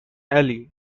alley